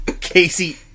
Casey